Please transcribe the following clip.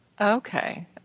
Okay